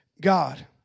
God